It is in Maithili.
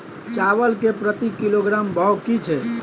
चावल के प्रति किलोग्राम भाव की छै?